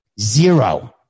Zero